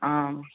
आम्